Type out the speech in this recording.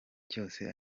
cyose